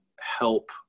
help